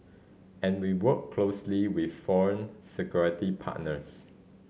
and we work closely with foreign security partners